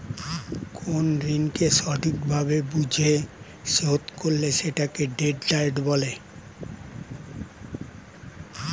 কোন ঋণকে সঠিক ভাবে বুঝে শোধ করলে সেটাকে ডেট ডায়েট বলে